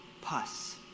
pus